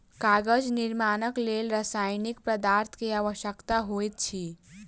कागज निर्माणक लेल रासायनिक पदार्थ के आवश्यकता होइत अछि